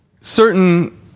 certain